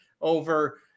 over